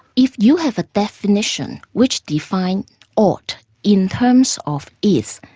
if you have a definition which defines ought in terms of is,